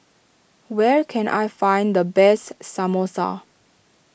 where can I find the best Samosa